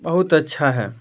बहुत अच्छा है